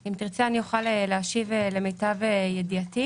אם תרצה אני אוכל להשיב למיטב ידיעתי,